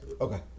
Okay